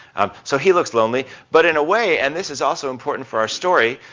um, so he looks lonely. but in a way and this is also important for our story,